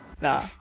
Nah